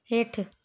हेठि